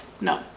no